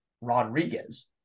Rodriguez